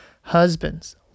husbands